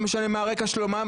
לא משנה מה הרקע שלו,